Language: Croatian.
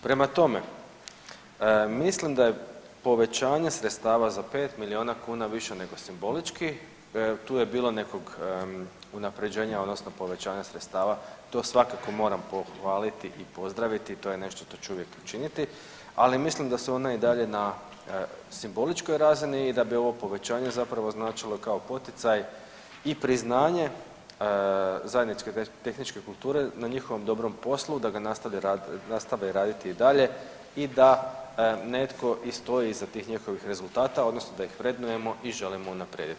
Prema tome, mislim da je povećanje sredstava za 5 milijuna kuna više nego simbolički, tu je bilo nekog unaprjeđenja odnosno povećanja sredstava, to svakako moram pohvaliti i pozdraviti, to je nešto što uvijek učiniti, ali mislim da su one i dalje na simboličkoj razini i da bi ovo povećanje zapravo značilo kao poticaj i priznanje zajednici tehničke kulture na njihovom dobrom poslu, da ga nastave raditi i dalje i da netko i stoji iza tih njihovih rezultata, odnosno da ih vrednujemo i želimo unaprijediti.